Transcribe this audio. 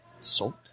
Salt